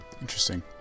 interesting